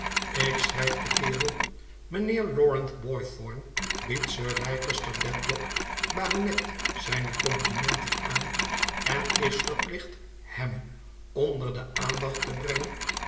ik schrijf den kerel mijnheer lawrence boythorn biedt sir leicester dedlock baronet zijne complimenten aan en is verplicht hem onder de aandacht te brengen